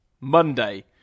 Monday